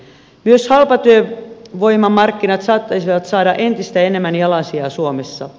myös halpatyövoimamarkkinat saattaisivat saada entistä enemmän jalansijaa suomessa